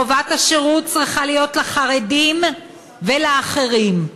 הן לחרדים והן לאחרים"?